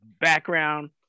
background